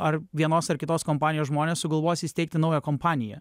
ar vienos ar kitos kompanijos žmonės sugalvos įsteigti naują kompaniją